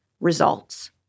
results